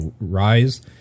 rise